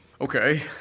okay